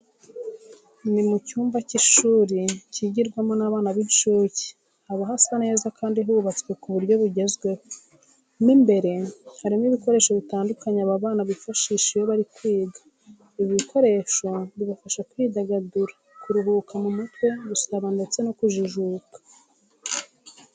Ni mu cyumba cy'ishuri kigirwamo n'abana b'incuke, haba hasa neza kandi hubatswe mu buryo bugezweho. Mo imbere harimo ibikoresho bitandukanye aba bana bifashisha iyo bari kwiga. Ibi bikoresho bibafasha kwidagadura, kuruhura mu mutwe, gusabana ndetse no kujijuka.